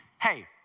hey